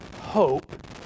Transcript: hope